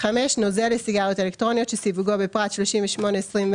(5) נוזל לסיגריה אלקטרונית שסיווגו בפרט 38.24.991000,